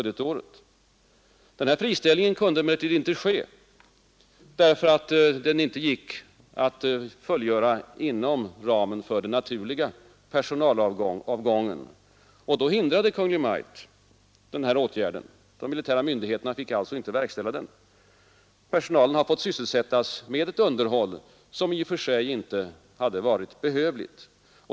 Den friställningen kunde emellertid inte ske därför att det inte gick att fullgöra den inom ramen för den naturliga personalavgången. Då hindrade Kungl. Maj:t åtgärden — de militära myndigheterna fick alltså inte verkställa den. Personalen har fått sysselsättas med underhållsarbeten som i och för sig inte hade varit behövliga.